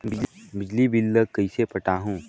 बिजली बिल ल कइसे पटाहूं?